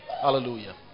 Hallelujah